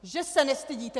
Že se nestydíte!